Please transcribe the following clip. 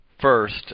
first